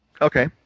Okay